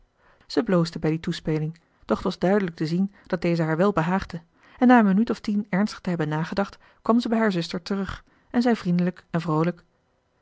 zij bloosde bij die toespeling doch het was duidelijk te zien dat deze haar wel behaagde en na een minuut of tien ernstig te hebben nagedacht kwam ze bij haar zuster terug en zei vriendelijk en vroolijk